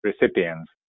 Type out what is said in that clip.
recipients